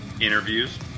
interviews